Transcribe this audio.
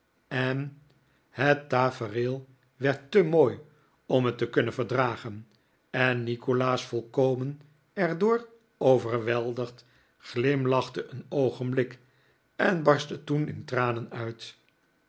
en het tafereel werd te mooi om het te kunnen verdragen en nikolaas volkomen er door overweldigd glimlachte een oogenblik en barstte toen in tranen uit